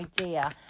idea